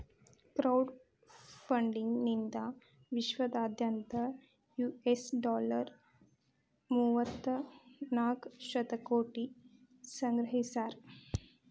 crowd funding ನಿಂದಾ ವಿಶ್ವದಾದ್ಯಂತ್ US dollar ಮೂವತ್ತನಾಕ ಶತಕೋಟಿ ಸಂಗ್ರಹಿಸ್ಯಾರ